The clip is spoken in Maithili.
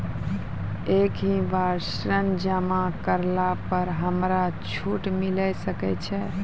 एक ही बार ऋण जमा करला पर हमरा छूट मिले सकय छै?